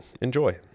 Enjoy